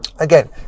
again